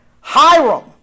Hiram